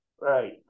right